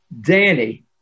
Danny